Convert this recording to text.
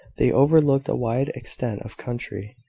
they overlooked a wide extent of country.